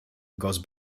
goes